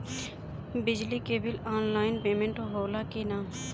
बिजली के bill online payment होला कि ना?